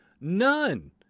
none